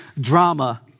drama